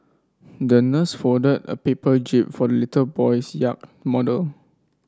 the nurse folded a paper jib for the little boy's yacht model